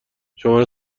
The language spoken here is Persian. شماره